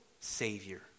Savior